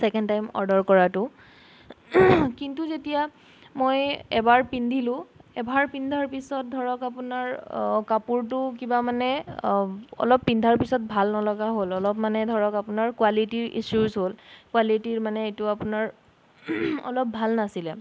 second time order কৰাটো কিন্তু যেতিয়া মই এবাৰ পিন্ধিলোঁ এবাৰ পিন্ধাৰ পিছত ধৰক আপোনাৰ কাপোৰটোও কিবা মানে অলপ পিন্ধাৰ পাছত ভাল নলগা হ'ল অলপ মানে ধৰক আপোনাৰ কোৱালিটীৰ ইচুজ হ'ল কোৱালিটীৰ মানে এইটো আপোনাৰ অলপ ভাল নাছিলে